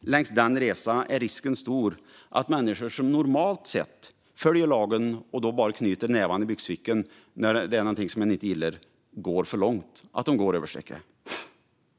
längs den resan är risken stor att människor som normalt sett följer lagen och bara knyter nävarna i byxfickan när de inte gillar något går för långt och går över strecket.